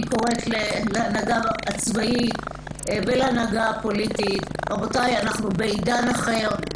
אני קוראת להנהגה הצבאית והפוליטית: רבותי אנחנו בעידן אחר.